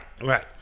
right